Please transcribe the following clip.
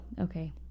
okay